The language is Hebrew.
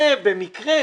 זה במקרה,